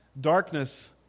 darkness